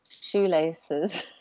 shoelaces